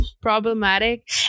problematic